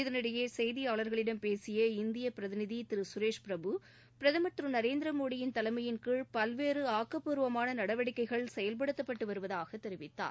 இதனிடையே செய்தியாளர்களிடம் பேசிய இந்திய பிரதிநிதி திரு சுரேஷ் பிரபு பிரதமர் திரு நரேந்திரமோடியின் தலைமையின்கீழ் பல்வேற ஆக்கப்பூர்வமான நடவடிக்கைகள் செயல்படுத்தப்பட்டு வருவதாக தெரிவித்தார்